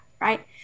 Right